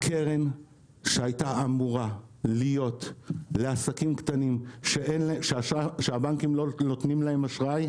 הקרן שהייתה אמורה להיות לעסקים קטנים שהבנקים לא נותנים להם אשראי,